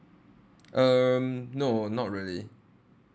um no not really